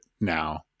now